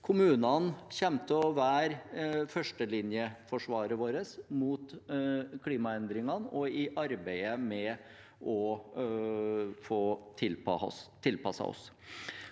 Kommunene kommer til å være førstelinjeforsvaret vårt mot klimaendringene og i arbeidet med å tilpasse oss.